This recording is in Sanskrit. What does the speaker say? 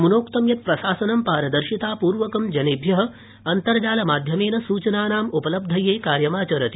अनुमोक्तं यत् प्रशासनं पारदर्शितापूर्वकं जनेभ्य अन्तर्जालमाध्ययेन सूचनानाम् उपलब्धये कार्यमाचरति